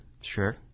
Sure